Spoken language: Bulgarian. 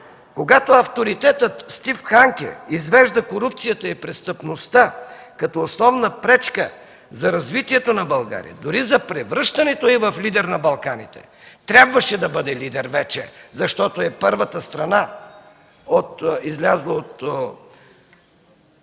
Когато авторитетът Стив Ханке извежда корупцията и престъпността като основна пречка за развитието на България, дори за превръщането й в лидер на Балканите – трябваше да бъде лидер вече, защото е първата страна, излязла от